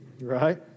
Right